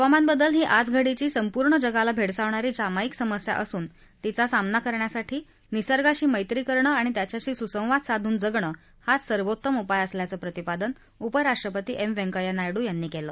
हवामानवदल ही आजघडीची संपूर्ण जगाला भेडसावणी सामायिक समस्या असून तिचा सामना करण्यासाठी निर्सगाशी मैत्री करण आणि त्याच्याशी सुसंवाद साधून जगण हाच सर्वोत्तम उपाय असल्याचं प्रतिपादन उपराष्ट्रपती एम व्यंकय्या नायडू यांनी केलं